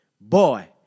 Boy